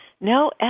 no